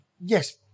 yes